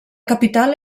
capital